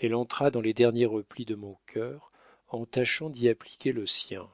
elle entra dans les derniers replis de mon cœur en tâchant d'y appliquer le sien